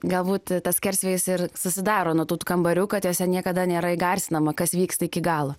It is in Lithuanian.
galbūt tas skersvėjis ir susidaro nuo tų kambarių kad juose niekada nėra įgarsinama kas vyksta iki galo